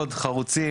חרוצים,